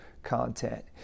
content